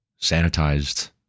sanitized